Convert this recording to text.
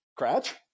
Cratch